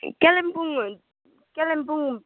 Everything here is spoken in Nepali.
कालिम्पोङ कालिम्पोङ